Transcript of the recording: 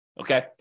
okay